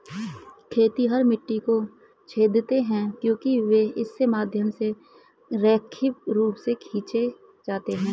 खेतिहर मिट्टी को छेदते हैं क्योंकि वे इसके माध्यम से रैखिक रूप से खींचे जाते हैं